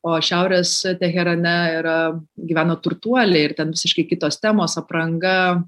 o šiaurės teherane yra gyveno turtuoliai ir ten visiškai kitos temos apranga